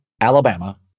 Alabama